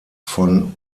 von